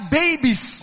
babies